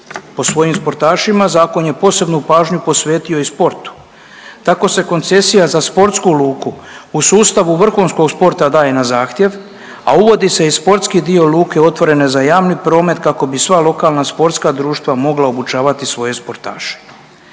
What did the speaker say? po svojim sportašima, zakon je posebnu pažnju posvetio i sportu. Tako se koncesija za sportsku luku u sustavu vrhunskog sporta daje na zahtjev, a uvodi se i sportski dio luke otvorene za javni promet, kako bi sva lokalna sportska društva mogla obučavati svoje sportaše.